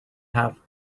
have